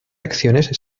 acciones